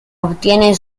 obtiene